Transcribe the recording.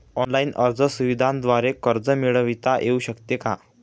Online अर्ज सुविधांद्वारे कर्ज मिळविता येऊ शकते का?